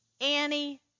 Annie